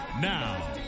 Now